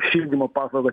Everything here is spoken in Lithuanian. šildymo paslaugas